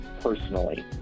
personally